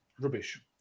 rubbish